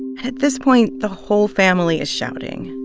and at this point, the whole family is shouting,